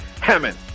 Hammond